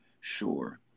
sure